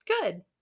Good